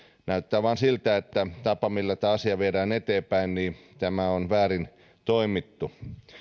näyttää vain siltä että tapa millä tämä asia viedään eteenpäin on väärin toimittu